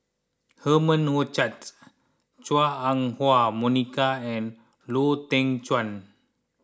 Herman Hochstadts Chua Ah Huwa Monica and Lau Teng Chuan